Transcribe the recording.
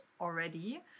already